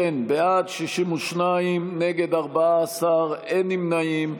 אם כן, בעד, 62, נגד, 14, אין נמנעים.